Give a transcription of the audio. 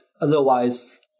Otherwise